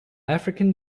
african